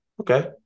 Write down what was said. Okay